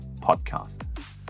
podcast